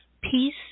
peace